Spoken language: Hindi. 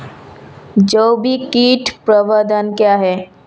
जैविक कीट प्रबंधन क्या है?